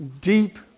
deep